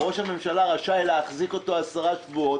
ראש הממשלה רשאי להחזיק אותו 10 שבועות